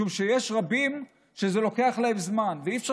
משום שיש רבים שזה לוקח להם זמן ואי-אפשר